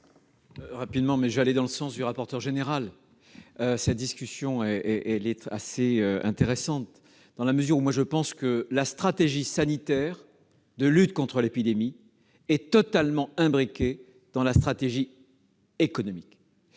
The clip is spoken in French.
de vote. Je vais aller dans le sens du rapporteur général. Cette discussion est intéressante. Pour ma part, je pense que la stratégie sanitaire de lutte contre l'épidémie est totalement imbriquée dans la stratégie économique,